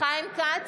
חיים כץ,